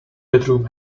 bedroom